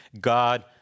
God